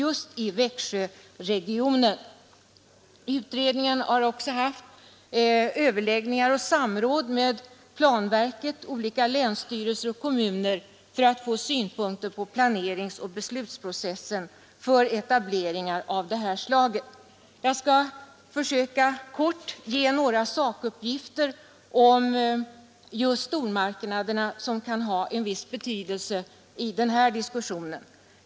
Utredningen har också haft överläggningar och samråd med planverket, olika länsstyrelser och kommuner för att få synpunkter på planeringsoch beslutsprocessen för etableringar av det här slaget. Jag skall försöka att kortfattat ge några sakuppgifter om just stormarknaderna. Dessa uppgifter kan ha en viss betydelse i den här diskussionen.